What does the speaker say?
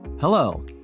Hello